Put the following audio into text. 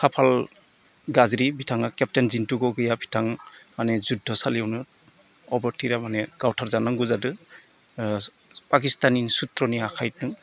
खाफाल गाज्रि बिथाङा खेपटेन जिन्तु गगोइया बिथां माने जुद्ध'सालियावनो अबथिरा माने गावथारजानांगौ जादों पाकिस्तानि सुत्र'नि आखाइदों